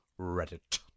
Reddit